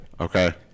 okay